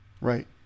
Right